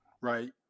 right